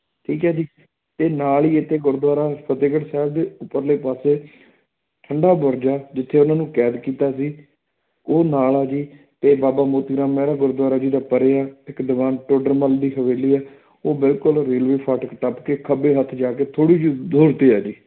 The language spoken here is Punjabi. ਠੀਕ ਹੈ ਜੀ ਅਤੇ ਨਾਲ ਹੀ ਇੱਥੇ ਗੁਰਦੁਆਰਾ ਫਤਿਹਗੜ੍ਹ ਸਾਹਿਬ ਦੇ ਉਪਰਲੇ ਪਾਸੇ ਠੰਡਾ ਬੁਰਜ ਆ ਜਿੱਥੇ ਉਹਨਾਂ ਨੂੰ ਕੈਦ ਕੀਤਾ ਸੀ ਉਹ ਨਾਲ ਆ ਜੀ ਅਤੇ ਬਾਬਾ ਮੋਤੀ ਰਾਮ ਮਹਿਰਾ ਗੁਰਦੁਆਰਾ ਜੀ ਦਾ ਪਰੇ ਹੈ ਇਕ ਦਿਵਾਨ ਟੋਡਰ ਮੱਲ ਦੀ ਹਵੇਲੀ ਹੈ ਉਹ ਬਿਲਕੁਲ ਰੇਲਵੇ ਫਾਟਕ ਟੱਪ ਕੇ ਖੱਬੇ ਹੱਥ ਜਾ ਕੇ ਥੋੜ੍ਹੀ ਜਿਹੀ ਦੂਰੀ 'ਤੇ ਹੈ ਜੀ